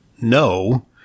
no